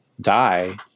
die